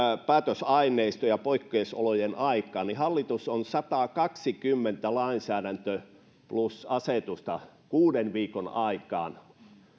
päätösaineistoja poikkeusolojen aikaan niin hallitus on satakaksikymmentä lainsäädäntöä plus asetusta kuuden viikon aikana